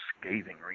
scathing